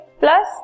plus